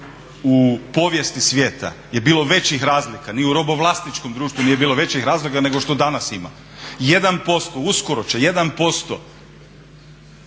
u povijesti svijeta je bilo većih razlika? Ni u robovlasničkom društvu nije bilo većih razlika nego što danas ima. Uskoro će 1%